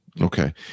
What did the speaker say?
Okay